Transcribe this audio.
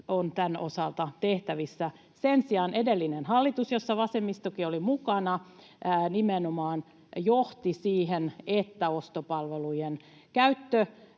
on tämän osalta tehtävissä. Sen sijaan edellinen hallitus, jossa vasemmistokin oli mukana, nimenomaan johti siihen, että ostopalvelujen käyttö